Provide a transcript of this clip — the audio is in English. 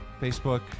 Facebook